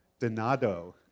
Donado